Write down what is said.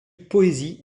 poésie